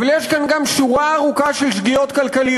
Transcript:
אבל יש כאן גם שורה ארוכה של שגיאות כלכליות.